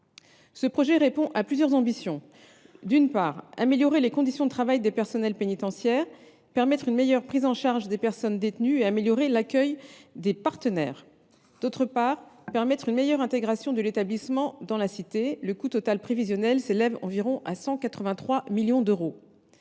Ce projet répond à plusieurs ambitions : d’une part, améliorer les conditions de travail des personnels pénitentiaires, permettre une meilleure prise en charge des personnes détenues et améliorer l’accueil des partenaires ; d’autre part, assurer une meilleure intégration de l’établissement dans la cité. Le coût total prévisionnel de cette reconstruction s’élève à environ 183 millions d’euros.